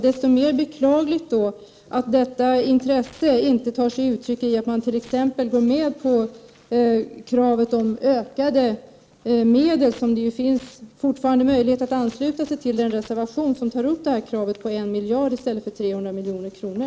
Desto mer beklagligt då att detta intresse inte tar sig uttryck i att man t.ex. går med på kravet om ökade medel. Det finns fortfarande möjlighet att ansluta sig till den reservation som tar upp kravet på 1 miljard i stället för 300 milj.kr.